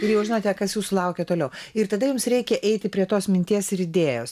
ir jau žinote kas jūsų laukia toliau ir tada jums reikia eiti prie tos minties ir idėjos